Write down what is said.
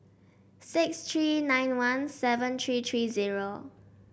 six three nine one seven three three zero